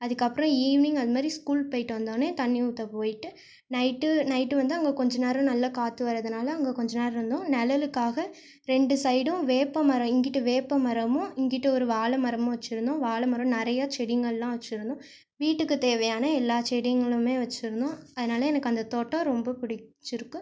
அதுக்கப்புறம் ஈவ்னிங் அதுமாதிரி ஸ்கூல் போய்விட்டு வந்தோடனே தண்ணி ஊற்ற போய்விட்டு நைட்டு நைட் வந்து அங்கே கொஞ்சம் நேரம் நல்ல காற்று வரதினால அங்கே கொஞ்சம் நேரம் இருந்தோம் நெழலுக்காக ரெண்டு சைடும் வேப்ப மரம் இங்கிட்டு வேப்ப மரமும் இங்கிட்டு ஒரு வாழைமரமும் வச்சுருந்தோம் வாழைமரம் நிறைய செடிங்களெல்லாம் வச்சுருந்தோம் வீட்டுக்கு தேவையான எல்லா செடிங்களுமே வச்சுருந்தோம் அதனால் எனக்கு அந்த தோட்டம் ரொம்ப பிடிச்சிருக்கு